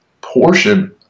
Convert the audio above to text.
portion